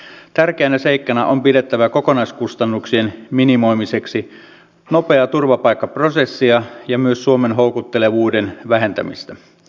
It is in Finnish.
lisäksi väitettiin että suomessa on monopoli arvopaperikeskuksella vaikka sellaisen voi kuka tahansa perustaa jo nytkin